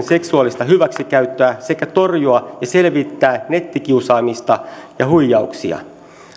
seksuaalista hyväksikäyttöä sekä torjua ja selvittää nettikiusaamista ja huijauksia